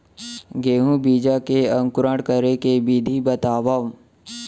गेहूँ बीजा के अंकुरण करे के विधि बतावव?